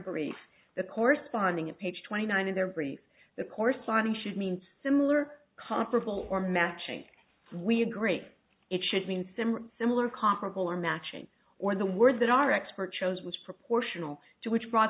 brief that corresponding a page twenty nine in their briefs the corresponding should mean similar constable or matching we agree it should mean similar similar comparable or matching or the words that are expert chose was proportional to which bro